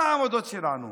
מה העמדות שלנו?